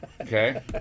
okay